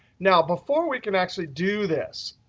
now, before we can actually do this,